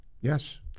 Yes